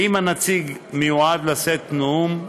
ואם הנציג מיועד לשאת נאום,